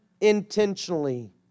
intentionally